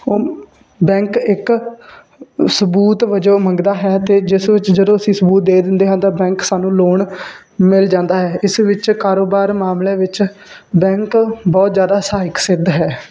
bank ਇੱਕ ਸਬੂਤ ਵਜੋਂ ਮੰਗਦਾ ਹੈ ਅਤੇ ਜਿਸ ਵਿੱਚ ਜਦੋਂ ਅਸੀਂ ਸਬੂਤ ਦੇ ਦਿੰਦੇ ਹਾਂ ਤਾਂ ਬੈਂਕ ਸਾਨੂੰ ਲੋਨ ਮਿਲ ਜਾਂਦਾ ਹੈ ਇਸ ਵਿੱਚ ਕਾਰੋਬਾਰ ਮਾਮਲਿਆਂ ਵਿੱਚ ਬੈਂਕ ਬਹੁਤ ਜ਼ਿਆਦਾ ਸਹਾਇਕ ਸਿੱਧ ਹੈ